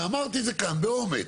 ואמרתי את זה כאן באומץ,